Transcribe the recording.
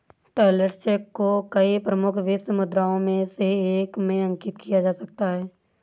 travellers cheque को कई प्रमुख विश्व मुद्राओं में से एक में अंकित किया जा सकता है